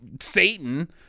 Satan